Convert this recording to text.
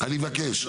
אני מבקש,